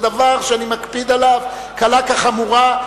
זה דבר שאני מקפיד עליו קלה כחמורה,